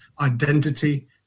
identity